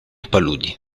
paludi